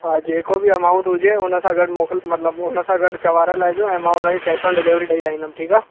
हा जे को बि अमाउंट हुजे हुनसां गॾु मोकिल मतिलबु हुनसां गॾ चवाराए लाएजो ऐं मां हुनखे कैश ऑन डिलीवरी लई लाईंदम ठीकु आहे